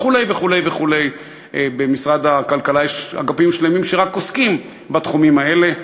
וכו' וכו' וכו'; במשרד הכלכלה יש אגפים שלמים שעוסקים רק בתחומים האלה.